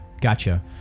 gotcha